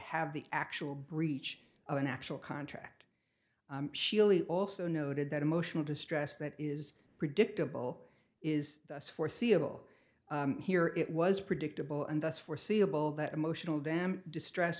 have the actual breach of an actual contract sheely also noted that emotional distress that is predictable is thus foreseeable here it was predictable and thus foreseeable that emotional damage distress